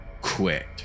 quit